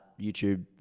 YouTube